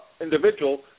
individual